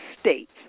states